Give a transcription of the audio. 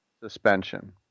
suspension